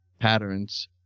patterns